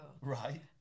Right